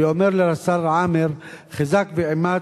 ואומר לרס"ר עאמר: חזק ואמץ,